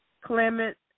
Clement